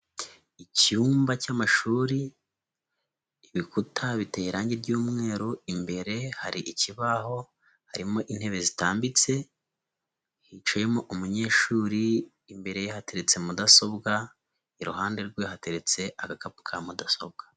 Icyumba cy'amashuri, ibikuta biteye irange ry'umweru, imbere hari ikibaho, harimo intebe zitambitse, hicayemo umunyeshuri, imbere ye hateretse mudasobwa, iruhande rwe hateretse agakapu ka mudasobwa.